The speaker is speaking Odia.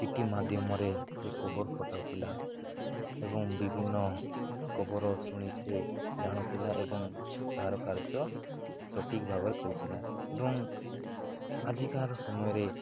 ଚିଠି ମାଧ୍ୟମରେ ସେ ଖବର ପଠାଉଥିଲା ଏବଂ ବିଭିନ୍ନ ଖବର ଶୁଣି ସେ ଜାଣୁଥିଲା ଏବଂ ତହାର କାର୍ଯ୍ୟ ସଠିକ୍ ଭାବରେ କରୁଥିଲା ଏବଂ ଆଜିକାର ସମୟରେ